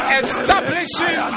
establishing